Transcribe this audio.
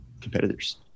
competitors